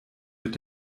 wird